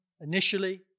initially